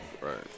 Right